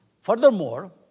Furthermore